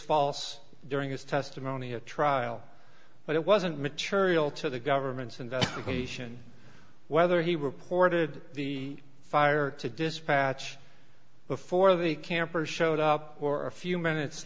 false during his testimony at trial but it wasn't material to the government's investigation whether he reported the fire to dispatch before the campers showed up or a few minutes